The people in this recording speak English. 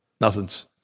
nothing's